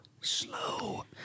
Slow